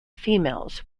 females